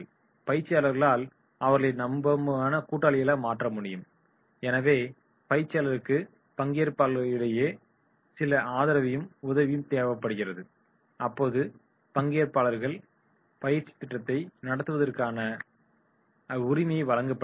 பயிற்சியாளர்களால் அவர்களை நம்பகமான கூட்டாளிகளாக மாற்ற முடியும் எனவே பயிற்சியாளருக்கு பங்கேற்பாளர்களிடமிருந்து சில ஆதரவும் உதவியும் தேவைப்படுகிறது அப்போது பங்கேற்பாளர்கள் பயிற்சி திட்டத்தை நடத்துவதற்கான உரிமை வழங்கப்படுகிறது